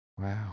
wow